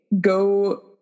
go